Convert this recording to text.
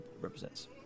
represents